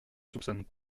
soupçonnes